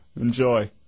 Enjoy